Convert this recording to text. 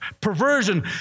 perversion